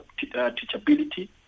teachability